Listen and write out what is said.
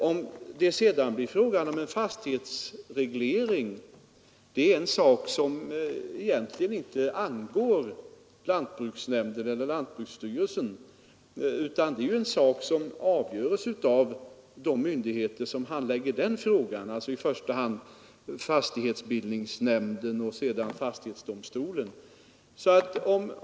Om det sedan blir fråga om en fastighetsreglering är det någonting som egentligen inte angår dessa organ, utan det blir en sak för i första hand fastighetsbildningsmyndigheten och sedan fastighetsdomstolen.